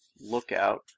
Lookout